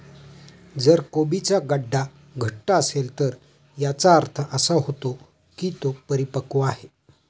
जर कोबीचा गड्डा घट्ट असेल तर याचा अर्थ असा होतो की तो परिपक्व आहे